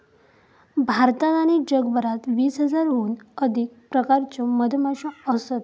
भारतात आणि जगभरात वीस हजाराहून अधिक प्रकारच्यो मधमाश्यो असत